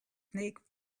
snake